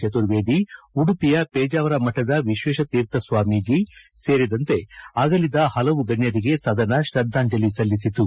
ಚತುರ್ವೇದಿ ಉಡುಪಿಯ ಪೇಜಾವರ ಮಠದ ವಿಶ್ವೇಶತೀರ್ಥ ಸ್ವಾಮೀಜಿ ಸೇರಿದಂತೆ ಅಗಲಿದ ಹಲವು ಗಣ್ಯರಿಗೆ ಸದನ ಶ್ರದ್ಧಾಂಜಲಿ ಸಲ್ಲಿಸಿತು